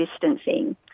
distancing